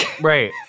Right